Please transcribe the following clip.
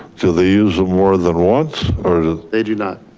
do they use them more than once or they do not.